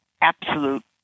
absolute